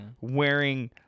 wearing